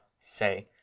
say